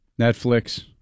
Netflix